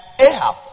Ahab